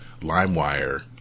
LimeWire